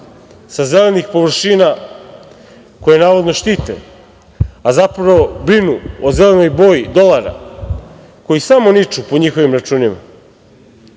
sa zelenih površina koje navodno štite, a zapravo brinu o zelenoj boji dolara, koji samo niču po njihovim računima.Za